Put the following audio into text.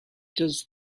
does